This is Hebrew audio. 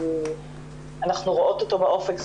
אנחנו רואות אותו באופק,